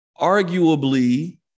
Arguably